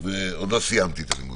ועוד לא סיימתי את הלימודים.